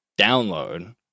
download